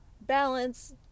balance